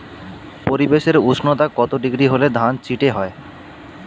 পরিবেশের উষ্ণতা কত ডিগ্রি হলে ধান চিটে হয়?